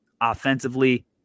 Offensively